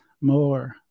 more